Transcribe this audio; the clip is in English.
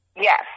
Yes